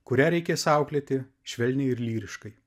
kurią reikės auklėti švelniai ir lyriškai